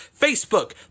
Facebook